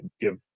give